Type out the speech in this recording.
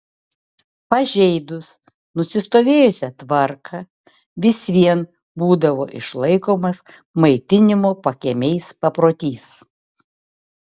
pažeidus nusistovėjusią tvarką vis vien būdavo išlaikomas maitinimo pakiemiais paprotys